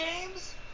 games